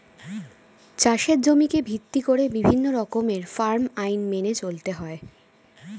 চাষের জমিকে ভিত্তি করে বিভিন্ন রকমের ফার্ম আইন মেনে চলতে হয়